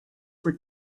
were